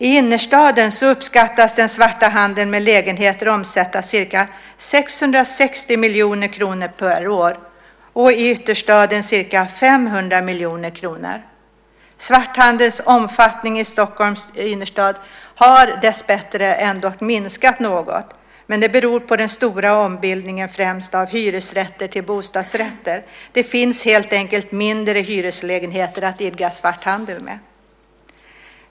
I innerstaden uppskattas den svarta handeln med lägenheter omsätta ca 660 miljoner kronor per år, och i ytterstaden ca 500 miljoner kronor. Svarthandelns omfattning i Stockholms innerstad har dessbättre ändå minskat något, men det beror främst på den stora ombildningen av hyresrätter till bostadsrätter. Det finns helt enkelt färre hyreslägenheter att idka svarthandel med.